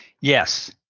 yes